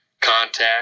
contact